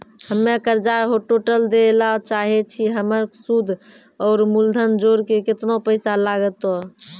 हम्मे कर्जा टोटल दे ला चाहे छी हमर सुद और मूलधन जोर के केतना पैसा लागत?